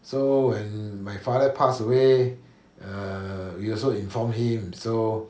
so when my father passed away err you also informed him so